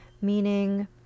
meaning